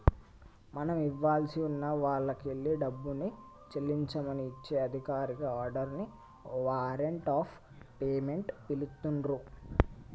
మనం ఇవ్వాల్సి ఉన్న వాల్లకెల్లి డబ్బుని చెల్లించమని ఇచ్చే అధికారిక ఆర్డర్ ని వారెంట్ ఆఫ్ పేమెంట్ పిలుత్తున్రు